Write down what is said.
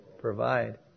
provide